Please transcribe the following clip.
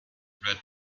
red